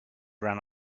ran